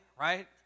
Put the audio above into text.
right